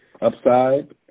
upside